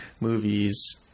movies